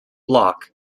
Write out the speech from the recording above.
block